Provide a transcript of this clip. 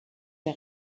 der